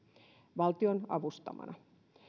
valtion avustamana